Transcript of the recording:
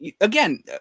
again